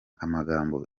amagambo